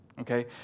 okay